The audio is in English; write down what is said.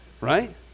right